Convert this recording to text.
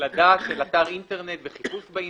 הקלדה של אתר אינטרנט וחיפוש באינטרנט.